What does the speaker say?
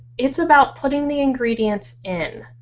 it's about putting the ingredients in,